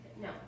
no